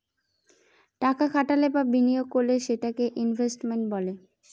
টাকা খাটালে বা বিনিয়োগ করলে সেটাকে ইনভেস্টমেন্ট বলে